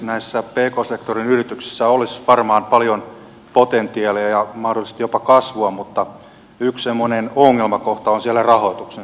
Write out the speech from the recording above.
näissä pk sektorin yrityksissä olisi varmaan paljon potentiaalia ja mahdollisesti jopa kasvua mutta yksi semmoinen ongelmakohta on siellä rahoituksen saaminen